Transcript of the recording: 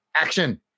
action